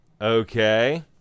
Okay